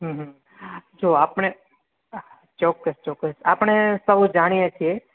હં હં તો આપણે ચોક્કસ ચોક્કસ આપણે સૌ જાણીએ છીએ